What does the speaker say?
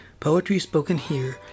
PoetrySpokenHere